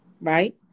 right